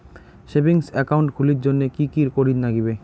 Savings account খুলির জন্যে কি কি করির নাগিবে?